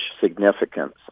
significance